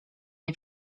nie